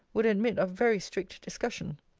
would admit of very strict discussion.